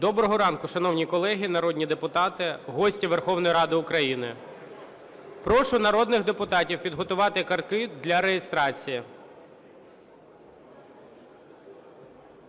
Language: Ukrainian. Доброго ранку, шановні колеги народні депутати, гості Верховної Ради України! Прошу народних депутатів підготувати картки для реєстрації.